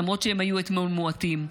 למרות שהם היו מועטים אתמול,